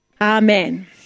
Amen